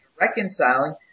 reconciling